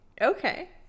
Okay